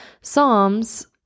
Psalms